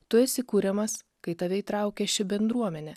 tu esi kuriamas kai tave įtraukia ši bendruomenė